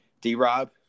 D-Rob